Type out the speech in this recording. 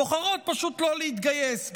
בוחרות פשוט לא להתגייס,